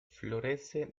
florece